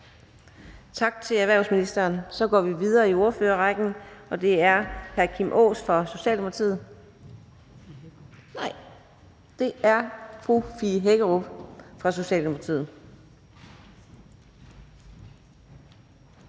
Tak til erhvervsministeren. Så går vi videre i ordførerrækken, og det er nu fru Fie Hækkerup fra Socialdemokratiet.